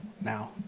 now